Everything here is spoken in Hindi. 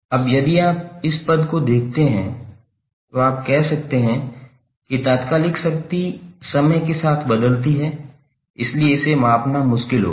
अब यदि आप इस पद को देखते हैं तो आप कह सकते हैं कि तात्कालिक शक्ति समय के साथ बदलती है इसलिए इसे मापना मुश्किल होगा